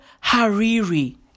Hariri